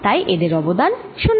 তাই এদের অবদান 0